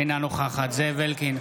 אינה נוכחת זאב אלקין,